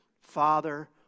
Father